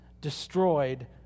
destroyed